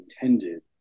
intended